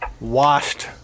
washed